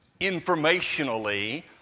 informationally